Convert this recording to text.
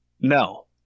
No